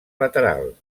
lateral